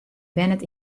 wennet